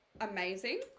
amazing